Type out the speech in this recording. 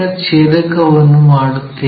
ಛೇದಕವನ್ನು ಮಾಡುತ್ತೇವೆ